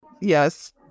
Yes